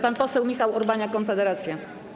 Pan poseł Michał Urbaniak, Konfederacja.